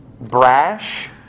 brash